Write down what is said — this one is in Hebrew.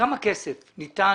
כמה כסף ניתן